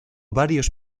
varios